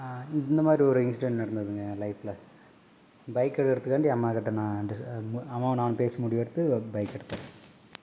இந்த இந்த மாரி ஒரு இன்சிடெண்ட் நடந்ததுங்க ஏன் லைஃப்பில பைக் எடுக்கறதுக்காண்டி அம்மாக்கிட்ட நான் டிஸ மு அம்மாவும் நானும் பேசி முடிவு எடுத்து ஒரு பைக் எடுத்தோம்